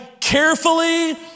carefully